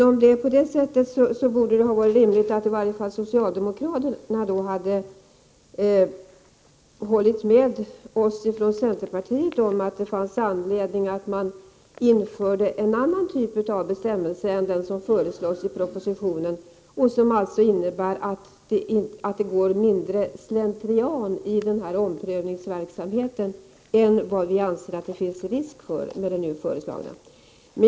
Om det är på det sättet, hade det varit rimligt att i alla fall socialdemokraterna hade hållit med oss från centerpartiet om att det finns anledning att införa en annan typ av bestämmelse än den som föreslås i propositionen. Vi vill ha en bestämmelse, som innebär att det går mindre slentrian i denna omprövningsverksamhet än den som vi anser att det finns risk för med den nu föreslagna bestämmelsen.